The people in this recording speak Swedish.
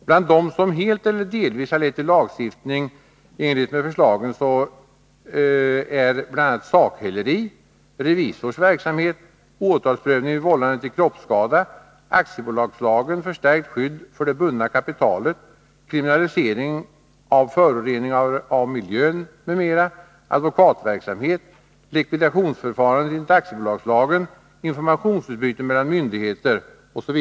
Bland dem som helt eller delvis har lett till lagstiftning i enlighet med förslagen märks Sakhäleri, Revisors verksamhet, Åtalsprövning vid vållande till kroppsskada m.m., Aktiebolagslagen — förstärkt skydd för det bundna kapitalet m.m., Kriminalisering av föroreningar av miljön m.m., Advokatverksamhet, Likvidationsförfarandet enligt Aktiebolagslagen samt Informationsutbyte mellan myndigheter.